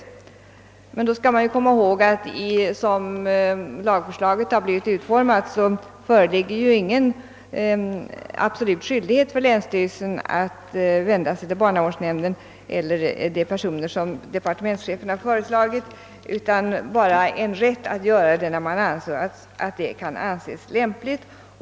Då skall man emellertid komma ihåg att det, som lagförslaget blivit utformat, inte föreligger någon absolut skyldighet för länsstyrelsen att vända sig till barnavårdsnämnden eller andra personer som departementschefen föreslagit, utan det föreligger endast rätt att göra det när man anser det vara lämpligt.